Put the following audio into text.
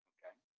Okay